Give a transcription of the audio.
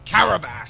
Carabas